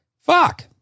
Fuck